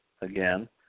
again